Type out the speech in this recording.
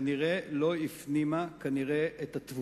כנראה לא הפנימה את התבוסה